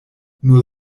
nur